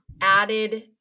added